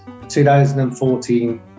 2014